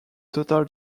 total